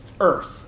earth